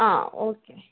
ആ ഓക്കേ